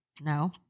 no